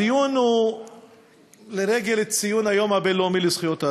הדיון הוא לרגל ציון היום הבין-לאומי לזכויות האדם,